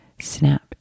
snap